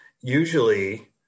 Usually